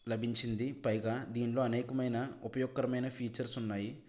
లభించింది పైగా దీనిలో అనేకమైన ఉపయోగకరమైన ఫీచర్స్ ఉన్నాయి